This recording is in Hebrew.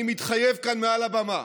אני מתחייב כאן מעל הבמה,